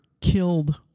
killed